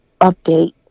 update